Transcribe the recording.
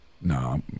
No